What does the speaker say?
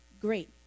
Great